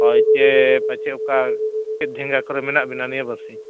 ᱦᱳᱭ ᱥᱮ ᱯᱟᱪᱮᱫ ᱚᱠᱟ ᱢᱮᱱᱟᱜ ᱵᱤᱱᱟ ᱱᱤᱭᱟᱹ ᱵᱟᱹᱥᱤ